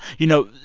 you know,